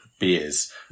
beers